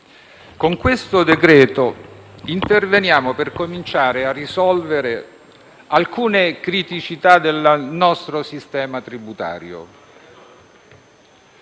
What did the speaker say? al nostro esame interveniamo per cominciare a risolvere alcune criticità del nostro sistema tributario.